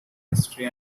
history